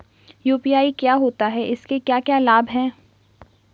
UPI क्या होता है इसके क्या क्या लाभ हैं?